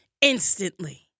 instantly